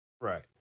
Right